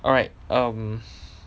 alright um